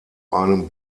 einem